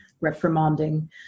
reprimanding